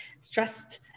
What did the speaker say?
stressed